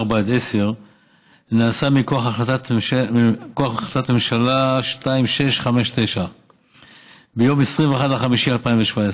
10 נעשה מכוח החלטת ממשלה מס' 2659 מיום 21 במאי 2017,